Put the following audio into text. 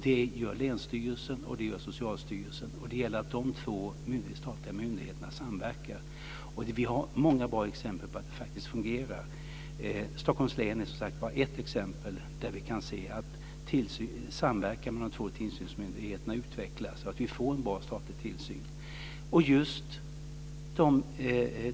Det gör länsstyrelsen och Socialstyrelsen, och det gäller att de två statliga myndigheterna samverkar. Vi har många bra exempel på att det fungerar. Stockholms län är, som sagt var, ett exempel där vi kan se att samverkan mellan de två tillsynsmyndigheterna utvecklas och att vi får en bra statlig tillsyn.